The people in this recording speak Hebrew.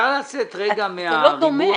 זה לא דומה.